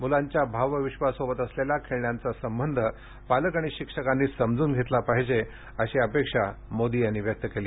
मुलांच्या भावविश्वाशी असलेला खेळण्यांचा संबंध पालक आणि शिक्षकांनी समजून घेतला पाहिजे अशी अपेक्षा त्यांनी व्यक्त केली